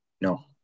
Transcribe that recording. No